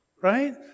Right